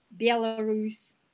Belarus